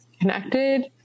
connected